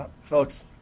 Folks